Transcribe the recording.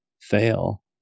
fail